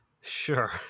Sure